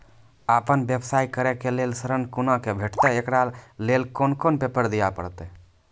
आपन व्यवसाय करै के लेल ऋण कुना के भेंटते एकरा लेल कौन कौन पेपर दिए परतै?